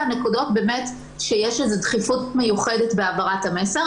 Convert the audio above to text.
הנקודות שיש דחיפות מיוחדת בהעברת המסר.